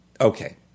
Okay